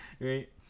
Right